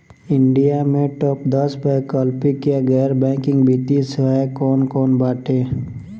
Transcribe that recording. India में top दस वैकल्पिक या गैर बैंकिंग वित्तीय सेवाएं कौन कोन बाटे?